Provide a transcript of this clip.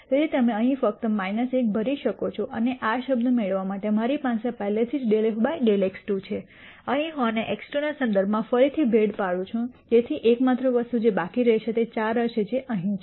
તેથી તમે ફક્ત અહીં 1 ભરી શકો છો અને આ શબ્દ મેળવવા માટે મારી પાસે પહેલેથી જ ∂f ∂x2 છે અહીં હું આને x2 ના સંદર્ભમાં ફરીથી ભેદ પાડું છું તેથી એકમાત્ર વસ્તુ જે બાકી રહેશે તે 4 હશે જે અહીં છે